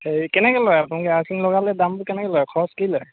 সেই কেনেকৈ লয় আপুনি আৰ্থিং লগালে দামটো কেনেকৈ লয় খৰচ কি লয়